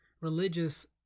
religious